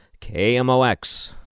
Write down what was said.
KMOX